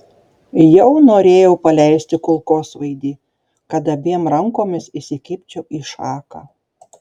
jau norėjau paleisti kulkosvaidį kad abiem rankomis įsikibčiau į šaką